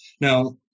Now